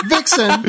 Vixen